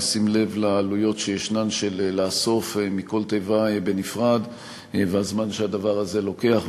בשים לב לעלויות של איסוף מכל תיבה בנפרד והזמן שהדבר הזה לוקח,